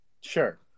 Sure